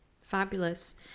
Fabulous